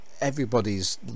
everybody's